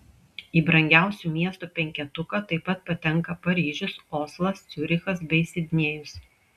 į brangiausių miestų penketuką taip pat patenka paryžius oslas ciurichas bei sidnėjus